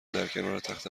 درکنارتخت